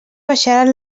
baixaran